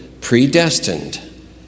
predestined